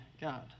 God